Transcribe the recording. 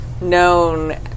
known